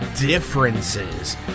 Differences